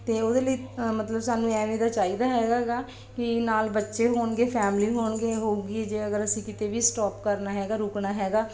ਅਤੇ ਉਹਦੇ ਲਈ ਅ ਮਤਲਬ ਸਾਨੂੰ ਐਵੇਂ ਦਾ ਚਾਹੀਦਾ ਹੈਗਾ ਗਾ ਕਿ ਨਾਲ ਬੱਚੇ ਹੋਣਗੇ ਫੈਮਲੀ ਹੋਣਗੇ ਹੋਵੇਗੀ ਜੇ ਅਗਰ ਅਸੀਂ ਕਿਤੇ ਵੀ ਸਟੋਪ ਕਰਨਾ ਹੈਗਾ ਰੁਕਣਾ ਹੈਗਾ